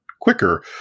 quicker